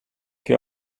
che